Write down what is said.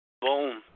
Boom